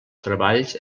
treballs